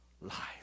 life